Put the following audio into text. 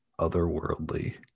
otherworldly